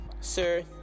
sir